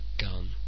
gun